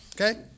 Okay